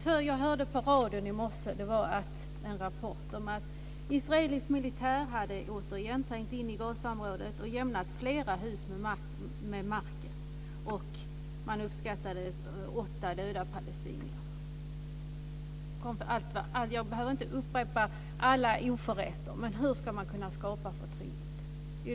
I morse hörde jag på radion om en rapport om att israelisk militär återigen hade trängt in i Gazaområdet och jämnat flera hus med marken. Antalet döda palestinier uppskattades till åtta. Jag behöver inte upprepa alla oförrätter. Men återigen: Hur ska man kunna skapa förtroende?